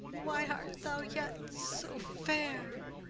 why art thou yet so fair?